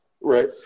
Right